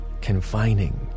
confining